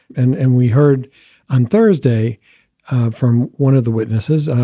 and and we heard on thursday from one of the witnesses,